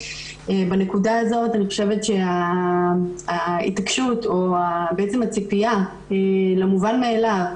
בנקודה הזאת אני חושבת שההתעקשות או הציפייה למובן מאליו,